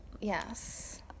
Yes